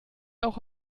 auch